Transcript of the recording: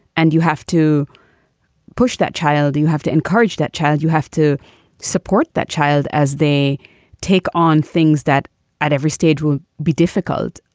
and you have to push that child. you you have to encourage that child. you have to support that child as they take on things that at every stage will be difficult.